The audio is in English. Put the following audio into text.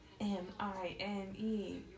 M-I-N-E